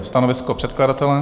Stanovisko předkladatele?